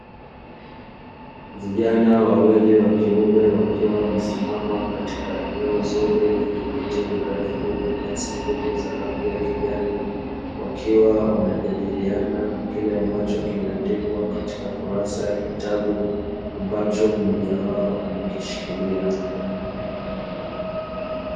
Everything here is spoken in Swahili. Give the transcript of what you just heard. Vijana wawili wa kiume wakiwa wamesimama katika eneo zuri lenye miti mirefu na nyasi fupi za rangi ya kijani, wakiwa wanajadiliana kile ambacho kimeandikwa katika kurasa ya kitabu ambacho mmoja wao amekishikilia.